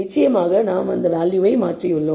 நிச்சயமாக நான் அந்த வேல்யூவை மாற்றியுள்ளோம்